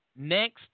next